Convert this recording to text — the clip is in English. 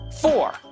Four